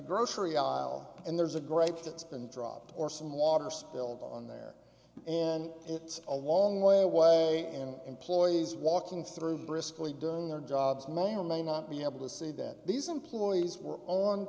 grocery aisle and there's a grape that's been dropped or some water spilled on there and it's a long way away and employees walking through briskly doing their jobs may or may not be able to see that these employees were on